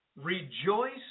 Rejoice